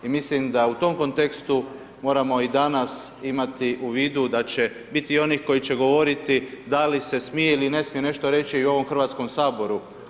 I mislim da u tom kontekstu moramo i danas imati u vidu, da će biti onih koji će govoriti da li se smije ili ne smije nešto reći u ovom Hrvatskom saboru.